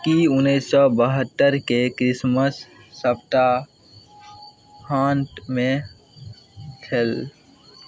कि उनैस सओ बहत्तरिके क्रिसमस सप्ताहान्तमे छल